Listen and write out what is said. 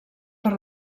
per